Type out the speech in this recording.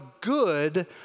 good